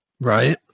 Right